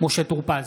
משה טור פז,